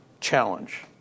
challenge